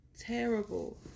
terrible